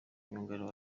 myugariro